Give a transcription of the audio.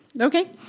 Okay